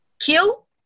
kill